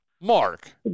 Mark